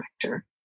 director